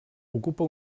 ocupa